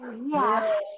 Yes